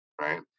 Right